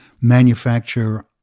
manufacture